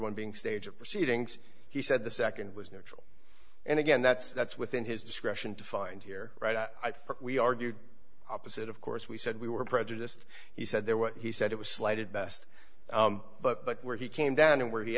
one being stage of proceedings he said the nd was neutral and again that's that's within his discretion to find here right i for we argued opposite of course we said we were prejudiced he said there were he said it was slighted best but where he came down and where he